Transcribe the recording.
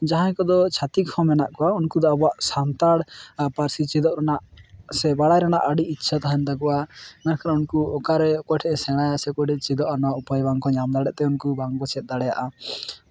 ᱡᱟᱦᱟᱸᱭ ᱠᱚᱫᱚ ᱪᱷᱟᱛᱤᱠᱦᱚᱸ ᱢᱮᱱᱟᱜ ᱠᱚᱣᱟ ᱩᱱᱠᱚᱣᱟ ᱥᱟᱱᱛᱟᱲ ᱯᱟᱨᱥᱤ ᱪᱮᱫᱚᱜ ᱨᱮᱱᱟᱜ ᱥᱮ ᱵᱟᱲᱟᱭ ᱨᱮᱱᱟᱜ ᱟᱰᱤ ᱤᱪᱪᱷᱟ ᱛᱟᱦᱮᱱ ᱛᱟᱠᱚᱣᱟ ᱮᱱᱠᱷᱟᱱ ᱚᱱᱟ ᱠᱟᱟᱨᱚᱱ ᱩᱝᱠᱩ ᱚᱠᱟᱨᱮ ᱚᱠᱚᱭᱴᱷᱮᱡᱼᱮ ᱥᱮᱬᱟᱭᱟ ᱥᱮ ᱚᱠᱚᱭ ᱴᱷᱮᱡᱼᱮ ᱪᱮᱫᱚᱜᱼᱟ ᱚᱱᱟ ᱩᱯᱟᱭ ᱵᱟᱝᱠᱚ ᱧᱟᱢ ᱫᱟᱲᱮᱜᱛᱮ ᱩᱝᱠᱩ ᱵᱟᱝᱠᱚ ᱪᱮᱫ ᱫᱟᱲᱮᱭᱟᱜᱼᱟ